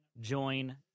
Join